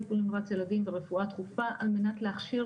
טיפול נמרץ ילדים ורפואה דחופה על מנת להכשיר